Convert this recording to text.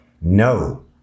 No